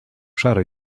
szary